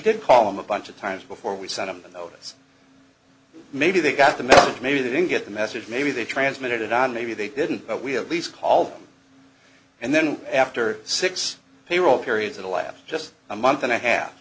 did call him a bunch of times before we sent him the notice maybe they got the message maybe they didn't get the message maybe they transmitted and maybe they didn't but we at least call them and then after six payroll periods at a lab just a month and a half